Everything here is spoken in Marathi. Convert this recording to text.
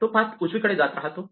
तो पाथ उजवीकडे जात राहतो